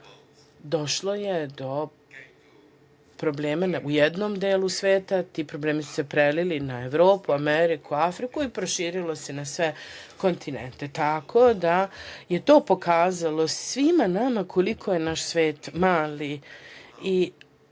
došlo je do problema u jednom delu sveta. Ti problemi su se prelili na Evropu, Ameriku, Afriku, proširilo se na sve kontinente. Tako da je to pokazalo svima nama koliko je naš svet mali. Ako